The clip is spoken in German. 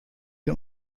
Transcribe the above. den